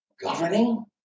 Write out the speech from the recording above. governing